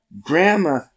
Grandma